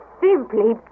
simply